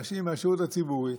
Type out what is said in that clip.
אנשים מהשירות הציבורי,